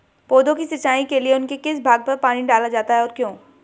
पौधों की सिंचाई के लिए उनके किस भाग पर पानी डाला जाता है और क्यों?